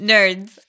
Nerds